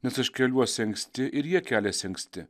nes aš keliuosi anksti ir jie keliasi anksti